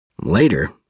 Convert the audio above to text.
Later